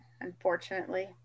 Unfortunately